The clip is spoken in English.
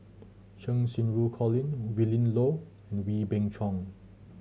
Cheng Xinru Colin Willin Low Wee Beng Chong